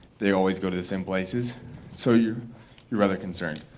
they always go to the same places so you're you're rather concerned.